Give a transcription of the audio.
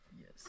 Yes